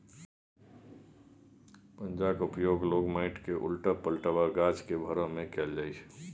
पंजाक उपयोग लोक माटि केँ उलटब, पलटब आ गाछ केँ भरय मे कयल जाइ छै